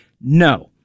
No